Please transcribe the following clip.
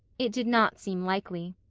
it did not seem likely.